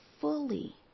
fully